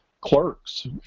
clerks